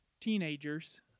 teenagers